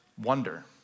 wonder